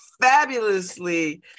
fabulously